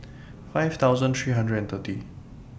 five thousand three hundred and thirty